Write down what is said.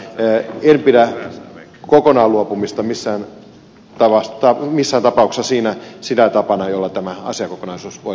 en pidä kokonaan luopumista missään tapauksessa sinä tapana jolla tämä asiakokonaisuus voitaisiin ratkaista